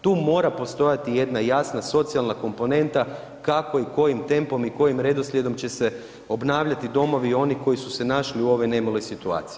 Tu mora postojati jedna jasna socijalna komponenta kako i kojim tempom i kojim redoslijedom će se obnavljati domovi onih koji su se našli u ovoj nemiloj situaciji.